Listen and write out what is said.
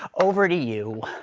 over to you.